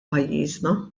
pajjiżna